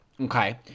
okay